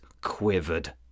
quivered